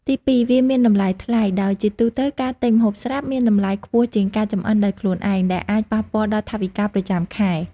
ទីពីរ វាមានតម្លៃថ្លៃ ដោយជាទូទៅការទិញម្ហូបស្រាប់មានតម្លៃខ្ពស់ជាងការចម្អិនដោយខ្លួនឯង ដែលអាចប៉ះពាល់ដល់ថវិកាប្រចាំខែ។